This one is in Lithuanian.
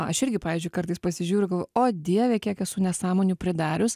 aš irgi pavyzdžiui kartais pasižiūriu galvoju o dieve kiek esu nesąmonių pridarius